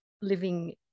living